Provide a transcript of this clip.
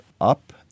up